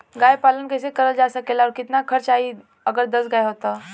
गाय पालन कइसे करल जा सकेला और कितना खर्च आई अगर दस गाय हो त?